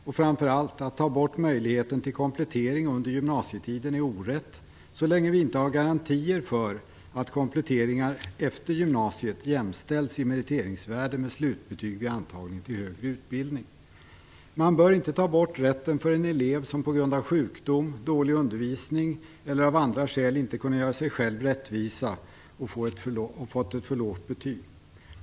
Och framför allt, att ta bort möjligheten till komplettering under gymnasietiden är orätt så länge vi inte har garantier för att kompletteringar efter gymnasiet jämställs i meriteringsvärde med slutbetyg vid antagning till högre utbildning. Man bör inte ta bort den rätten för en elev som på grund av sjukdom, dålig undervisning eller av andra skäl inte kunnat göra sig själv rättvisa och fått ett för lågt betyg.